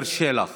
צריך